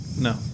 No